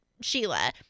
Sheila